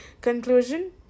Conclusion